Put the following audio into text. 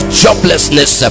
joblessness